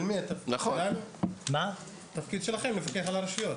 אנחנו מפקחים על הרשויות